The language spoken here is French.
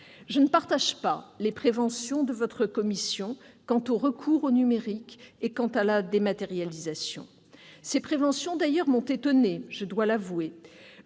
Je ne partage pas les préventions de votre commission des lois quant au recours au numérique et à la dématérialisation. Ces préventions m'ont d'ailleurs étonnée, je dois l'avouer.